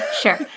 Sure